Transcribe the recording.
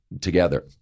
together